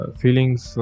feelings